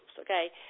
Okay